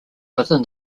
within